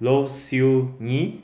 Low Siew Nghee